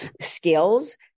skills